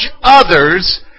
others